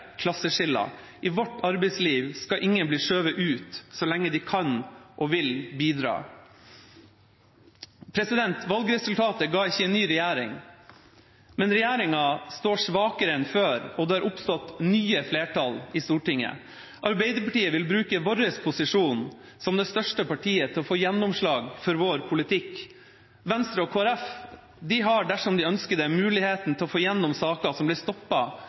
klasseskiller. I vårt arbeidsliv skal ingen bli skjøvet ut så lenge de kan og vil bidra. Valgresultatet ga ikke en ny regjering, men regjeringa står svakere enn før, og det har oppstått nye flertall i Stortinget. Vi i Arbeiderpartiet vil bruke vår posisjon som det største partiet til å få gjennomslag for vår poltikk. Venstre og Kristelig Folkeparti har, dersom de ønsker det, muligheten til å få gjennom saker som